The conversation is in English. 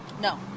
No